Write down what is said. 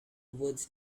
woods